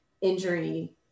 injury